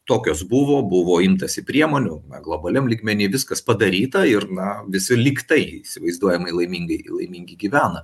tokios buvo buvo imtasi priemonių globaliam lygmenyj viskas padaryta ir na visi lygtai įsivaizduojamai laimingai laimingi gyvena